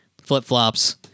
flip-flops